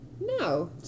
No